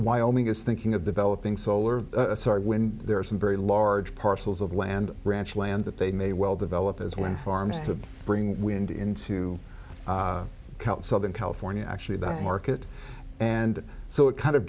wyoming is thinking of developing solar wind there are some very large parcels of land ranch land that they may well develop as wind farms to bring wind into southern california actually that market and so it kind of